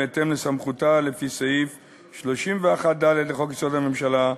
בהתאם לסמכותה לפי סעיף 31(ד) לחוק-יסוד: הממשלה,